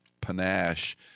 panache